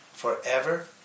forever